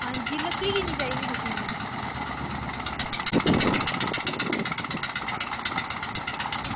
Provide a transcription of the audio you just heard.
आं जी लकड़ी किन्नी चाहिदी तुसेंगी